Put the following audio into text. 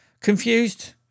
Confused